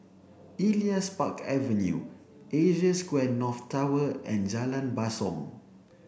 Elias Park Avenue Asia Square North Tower and Jalan Basong